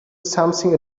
something